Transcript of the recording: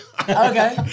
Okay